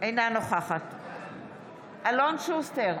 אינה נוכחת אלון שוסטר,